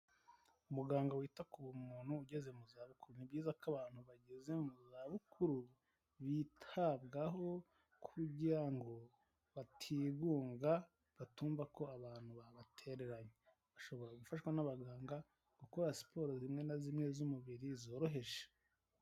Umuganga wita k'ubumuntu ugeze mu zabukuru, ni byiza ko abantu bageze mu zabukuru bitabwaho kugira ngo batigunga, batumva ko abantu babatereranye, bashobora gufashwa n'abaganga gukora siporo zimwe na zimwe z'umubiri zoroheje.